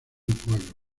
pueblo